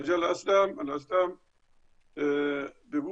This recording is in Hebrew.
ואז באה דת האסלאם אשר אומרת כי המורשת